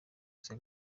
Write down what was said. cya